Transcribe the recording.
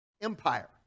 empire